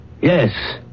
Yes